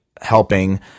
helping